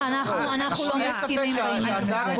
אנחנו לא מסכימים עם העניין הזה.